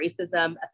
racism